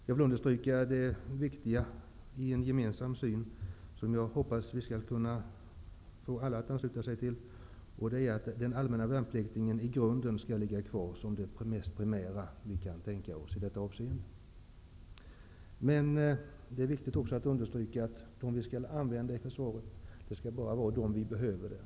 Jag vill understryka vikten av en gemensam syn - som jag hoppas att vi skall kunna förmå alla att ansluta sig till -, nämligen att den allmänna värnplikten i grunden skall ligga kvar som det mest primära som kan tänkas i detta avseende. Vidare är det viktigt att understyrka att man inom försvaret bara skall använda den personal som behövs.